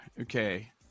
okay